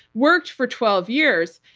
worked for twelve years.